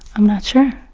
i'm not sure.